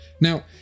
Now